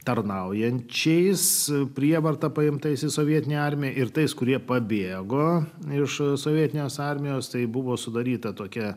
tarnaujančiais prievarta paimtais į sovietinę armiją ir tais kurie pabėgo iš sovietinės armijos tai buvo sudaryta tokia